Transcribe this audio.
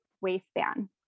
waistband